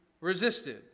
resisted